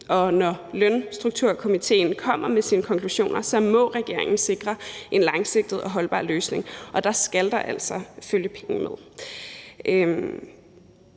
når Lønstrukturkomitéen kommer med dens konklusioner, må regeringen sikre en langsigtet og holdbar løsning, og der skal der altså følge penge med.